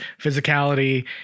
physicality